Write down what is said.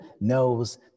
knows